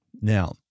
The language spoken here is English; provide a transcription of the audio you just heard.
Now